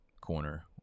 corner